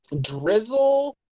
Drizzle